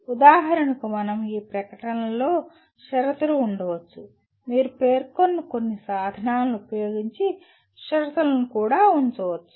ఉదాహరణకు మనం ఈ ప్రకటనలో షరతులు ఉంచవచ్చు మీరు పేర్కొన్న కొన్ని సాధనాలను ఉపయోగించి షరతులను కూడా ఉంచవచ్చు